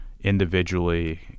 individually